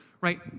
Right